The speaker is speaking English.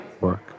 work